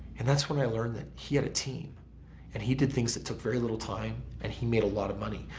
and that's when i learned that he had a team and he did things that took very little time and he made a lot of money.